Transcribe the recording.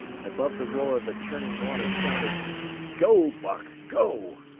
and above the roar of the churning water shouted go, buck! go!